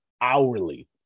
hourly